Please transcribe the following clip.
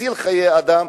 שמציל חיי אדם?